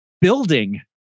Building